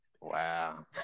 Wow